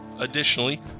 additionally